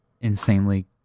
insanely